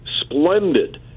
splendid